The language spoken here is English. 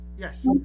Yes